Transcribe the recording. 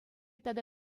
тата